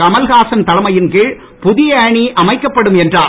கமலஹாசன் தலைமையின் கீழ் புதிய அணி அமைக்கப்படும் என்றார்